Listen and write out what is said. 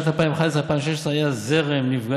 תקרא